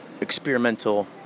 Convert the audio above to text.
experimental